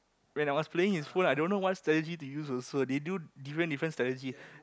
when I was playing his phone I don't know what strategy to use also they do different different strategy